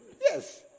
yes